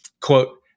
Quote